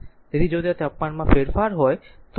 તેથી જો ત્યાં તાપમાનમાં ફેરફાર હોય તો R બદલાશે